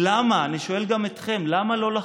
ולמה, אני שואל גם אתכם: למה לא לחקור?